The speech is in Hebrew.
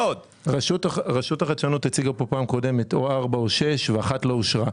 רשות החדשנות הציגה כאן בפעם הקודמת או ארבע או שש ואחת לא אושרה.